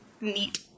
neat